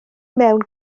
mewn